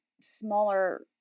smaller